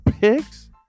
picks